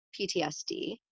PTSD